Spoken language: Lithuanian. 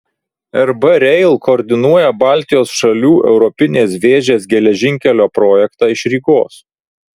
rb rail koordinuoja baltijos šalių europinės vėžės geležinkelio projektą iš rygos